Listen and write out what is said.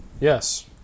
Yes